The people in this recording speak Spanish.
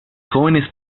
jóvenes